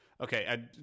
Okay